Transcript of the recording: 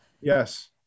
Yes